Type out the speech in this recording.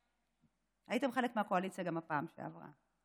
הייתם חלק מהקואליציה גם בפעם שעברה,